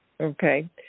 Okay